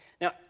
Now